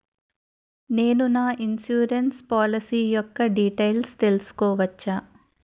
నేను నా insurance policy యెక్క డీటైల్స్ తెల్సుకోవచ్చా?